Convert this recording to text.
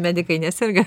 medikai neserga